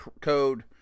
code